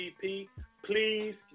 please